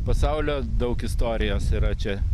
pasaulio daug istorijos yra čia